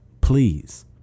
please